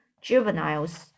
juveniles